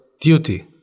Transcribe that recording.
duty